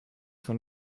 von